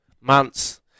months